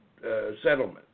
settlement